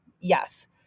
yes